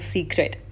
Secret